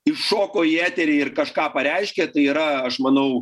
iššoko į eterį ir kažką pareiškė tai yra aš manau